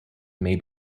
may